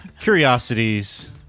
curiosities